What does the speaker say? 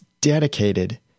dedicated